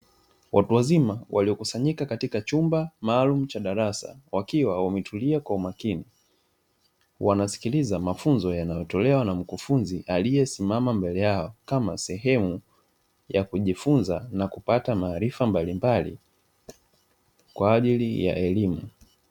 Watu wazima waliokusanyika katika chumba maalumu cha darasa wakiwa wametulia kwa makini, wanasikiliza mafunzo yanayotolewa na mkufunzi aliyesimama mbele yao kama sehemu ya kujifunza na kupata maarifa mbalimbali kwa ajili ya elimu.